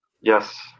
Yes